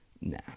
Nah